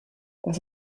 das